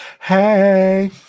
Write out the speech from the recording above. Hey